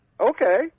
Okay